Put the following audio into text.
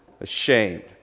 ashamed